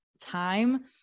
time